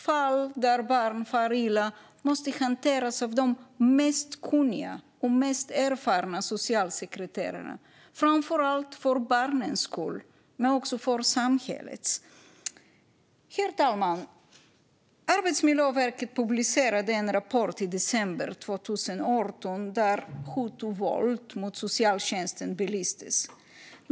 Fall där barn far illa måste hanteras av de mest kunniga och mest erfarna socialsekreterarna, framför allt för barnens skull men också för samhällets. Herr talman! Arbetsmiljöverket publicerade i december 2018 en rapport där hot och våld mot socialtjänsten belystes.